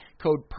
Code